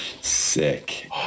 Sick